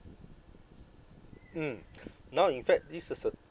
mm now in fact this is the